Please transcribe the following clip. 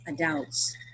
adults